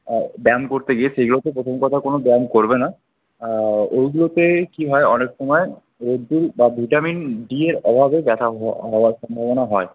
ব্যায়াম করতে গিয়ে সেগুলোতে প্রথম কথা কোনও ব্যায়াম করবে না ওইগুলোতে কি হয় অনেক সময় রোদ্দুর বা ভিটামিন ডিয়ের অভাবে ব্যাথা হবার সম্ভবনা হয়